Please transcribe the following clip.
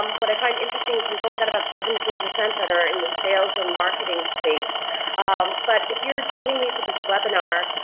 um what i find interesting is we've only got about seventeen percent that are in the sales or marketing space but if you're joining me for this webinar,